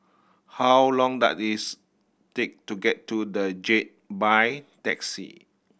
how long does is take to get to The Jade by taxi